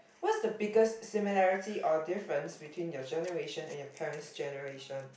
what's the biggest similarity or difference between your generation and your parents' generation